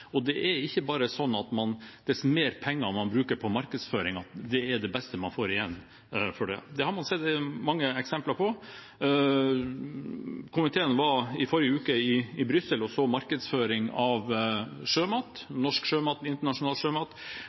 og det er ikke bare slik at dess mer penger man bruker på markedsføringen, dess mer får man igjen for det. Det har man sett mange eksempler på. Komiteen var i forrige uke i Brussel og så markedsføring av sjømat – norsk sjømat, internasjonal sjømat